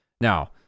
Now